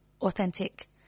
authentic